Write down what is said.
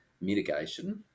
mitigation